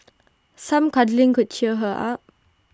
some cuddling could cheer her up